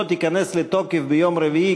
התפטרותו תיכנס לתוקף ביום רביעי,